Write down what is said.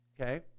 Okay